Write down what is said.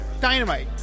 Dynamite